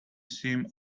seem